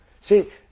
See